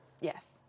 yes